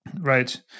Right